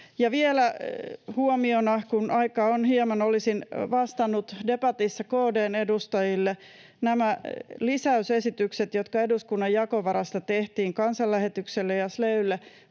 vielä huomiona, kun aikaa on hieman, olisin vastannut debatissa KD:n edustajille. Nämä lisäysesitykset, jotka eduskunnan jakovarasta tehtiin Kansanlähetykselle ja Sleylle: